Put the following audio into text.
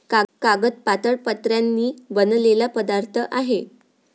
कागद पातळ पत्र्यांनी बनलेला पदार्थ आहे